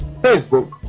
Facebook